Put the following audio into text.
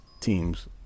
teams